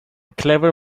clever